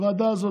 הוועדה הזאת,